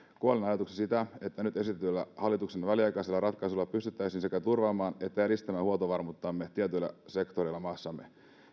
kuolleena ajatuksena sitä että nyt esitetyillä hallituksen väliaikaisilla ratkaisuilla pystyttäisiin sekä turvaamaan että edistämään huoltovarmuuttamme tietyillä sektoreilla maassamme